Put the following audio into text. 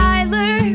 Tyler